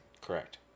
Correct